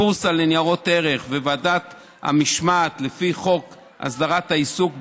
הבורסה לניירות ערך וועדת המשמעת לפי חוק הסדרת העיסוק בייעוץ,